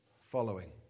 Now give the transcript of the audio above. following